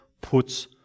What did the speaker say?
puts